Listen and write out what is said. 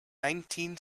nineteen